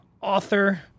author